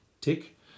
tick